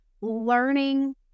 learning